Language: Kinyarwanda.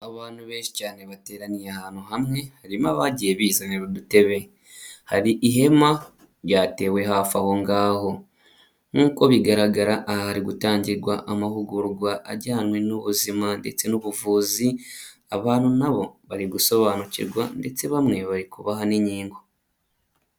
Abantu benshi cyane bateraniye ahantu hamwe harimo abagiye bizanira udutebe. Hari ihema ryatewe hafi aho ngaho. Nk'uko bigaragara aha harigutangirwa amahugurwa ajyanye n'ubuzima ndetse n'ubuvuzi. Abantu na bo barigusobanukirwa ndetse bamwe barikubaha n'inkingo.